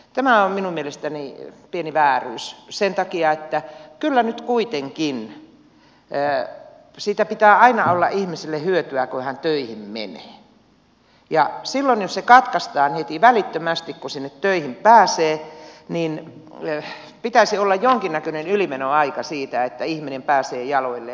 tämä on minun mielestäni pieni vääryys sen takia että kyllä nyt kuitenkin siitä pitää aina olla ihmiselle hyötyä kun hän töihin menee ja silloin jos se katkaistaan heti välittömästi kun sinne töihin pääsee niin pitäisi olla jonkinnäköinen ylimenoaika siitä että ihminen pääsee jaloilleen